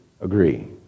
agree